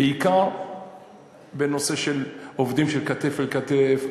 בעיקר בנושא של עובדים של כתף אל כתף,